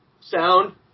sound